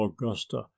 augusta